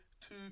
two